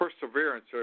perseverance